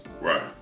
Right